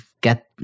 get